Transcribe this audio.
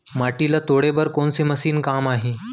माटी ल तोड़े बर कोन से मशीन काम आही?